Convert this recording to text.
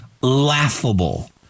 laughable